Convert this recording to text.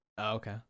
okay